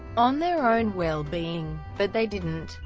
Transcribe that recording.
on their own wellbeing. but they didn't.